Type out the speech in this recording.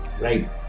right